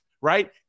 right